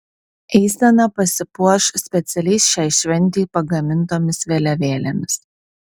eisena pasipuoš specialiai šiai šventei pagamintomis vėliavėlėmis